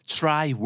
try